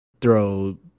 throw